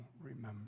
remember